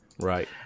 right